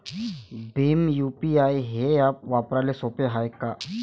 Bhim UPI हे app वापराले सोपे हाय का?